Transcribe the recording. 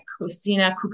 Cucina